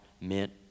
meant